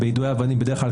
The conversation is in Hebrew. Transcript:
בדרך כלל,